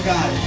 God